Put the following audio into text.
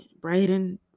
Brayden